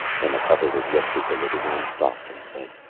when the cover was lifted, the little man stopped and said,